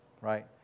right